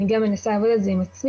אני מנסה לעבוד על זה עם עצמי,